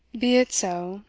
be it so,